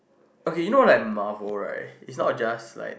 okay you know like marvel right is not just